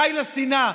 די לשנאה.